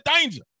danger